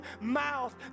mouth